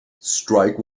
strike